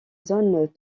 zones